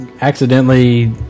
accidentally